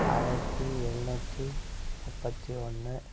ஆயிரத்தி எழுநூத்தி முப்பத்தி ஒன்று